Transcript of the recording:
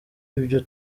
ibyo